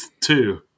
two